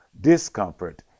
discomfort